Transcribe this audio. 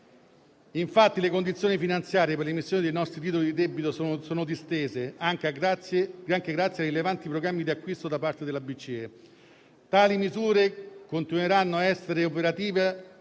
anni. Le condizioni finanziarie per l'emissione dei nostri titoli di debito sono distese, anche grazie ai rilevanti programmi di acquisto da parte della BCE. Tali misure continueranno ad essere operative